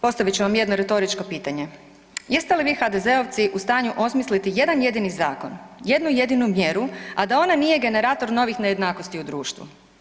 Postavit ću vam jedno retoričko pitanje. jeste li vi HDZ-ovci u stanju osmisliti jedan jedini zakon, jednu jedinu mjeru a da ona nije generator novih nejednakosti u društvu?